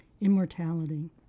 immortality